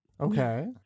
Okay